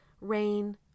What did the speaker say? rain